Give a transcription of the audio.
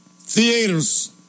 theaters